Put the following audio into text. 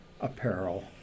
apparel